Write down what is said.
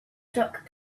stuck